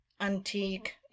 antique